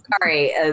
Sorry